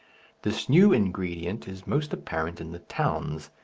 this new ingredient is most apparent in the towns,